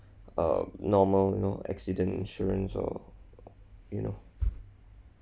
err normal lor accident insurance or you know